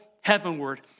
heavenward